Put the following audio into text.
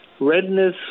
redness